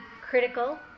critical